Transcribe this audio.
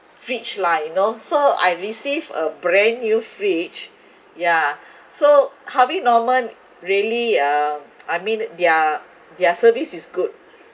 fridge lah you know so I receive a brand new fridge yeah so harvey norman really um I mean their their service is good